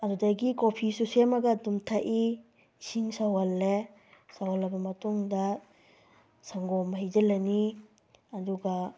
ꯑꯗꯨꯗꯒꯤ ꯀꯣꯞꯐꯤꯁꯨ ꯁꯦꯝꯃꯒ ꯑꯗꯨꯝ ꯊꯛꯏ ꯏꯁꯤꯡ ꯁꯧꯍꯜꯂꯦ ꯁꯧꯍꯜꯂꯕ ꯃꯇꯨꯡꯗ ꯁꯪꯒꯣꯝ ꯍꯩꯖꯤꯜꯂꯅꯤ ꯑꯗꯨꯒ